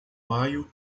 maio